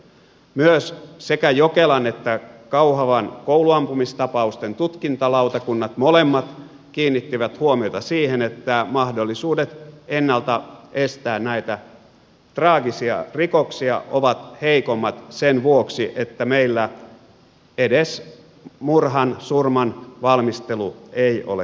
myös sekä jokelan että kauhajoen kouluampumistapausten tutkintalautakunnat molemmat kiinnittivät huomiota siihen että mahdollisuudet ennalta estää näitä traagisia rikoksia ovat heikommat sen vuoksi että meillä edes murhan surman valmistelu ei ole kriminalisoitu